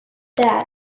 that